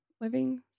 Living